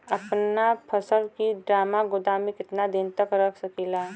अपना फसल की ड्रामा गोदाम में कितना दिन तक रख सकीला?